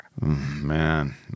Man